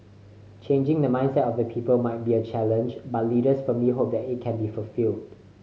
changing the mindset of the people might be a challenge but leaders firmly hope that it can be fulfilled